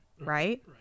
right